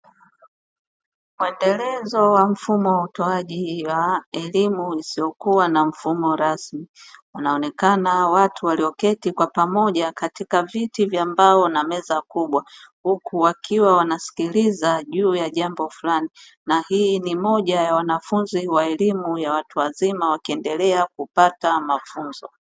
Muendelezo wz mfumo wa utoaji wa elimu isiyokua na mfumo rasmi, wanaonekana watu kwa pamoja katika viti vya mbao na meza kubwa, huku wakiwa wanasikiliza juu ya jambo fulani. Na hii ni moja ya wanafunzi wa elimu ya watu wazima wakiendelea kupata mafunzo